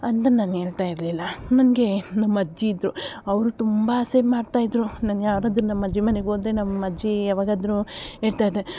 ಅಂತ ನಾನು ಹೇಳ್ತಾ ಇರಲಿಲ್ಲ ನಮಗೆ ನಮ್ಮಜ್ಜಿ ಇದ್ದರು ಅವರು ತುಂಬ ಆಸೆ ಮಾಡ್ತಾ ಇದ್ದರು ನನ್ನ ಯಾರಾದರೂ ನಮ್ಮಜ್ಜಿ ಮನೆಗೋದ್ರೆ ನಮ್ಮಜ್ಜಿ ಯಾವಾಗಾದ್ರು ಹೇಳ್ತಾ ಇದ್ದೆ